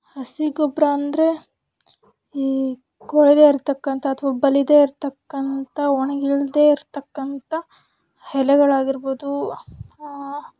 ಹಸಿಗೊಬ್ಬರ ಅಂದರೆ ಈ ಕೊಳಿಯದೆ ಇರತಕ್ಕಂಥ ಅಥವಾ ಬಲಿಯದೆ ಇರತಕ್ಕಂಥ ಒಣಗಿಲ್ಲದೆ ಇರತಕ್ಕಂಥ ಎಲೆಗಳಾಗಿರ್ಬೋದು